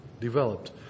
developed